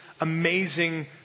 amazing